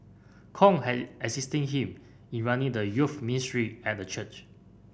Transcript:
Kong had assisted him in running the youth ministry at the church